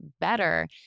better